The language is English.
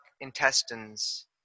intestines